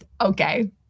okay